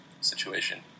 situation